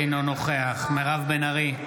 אינו נוכח מירב בן ארי,